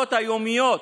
העוולות היומיות